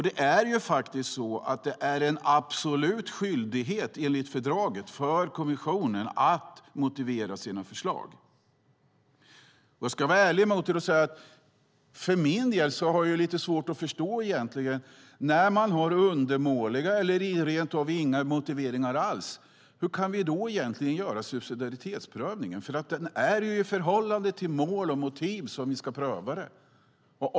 Det är faktiskt enligt fördraget en absolut skyldighet för kommissionen att motivera sina förslag. Ska jag vara ärlig kan jag säga att jag för egen del har lite svårt att förstå hur vi ska kunna göra subsidiaritetsprövningen när motiveringarna är undermåliga, eller rentav saknas helt. Det är ju i förhållande till mål och motiv som vi ska göra prövningen.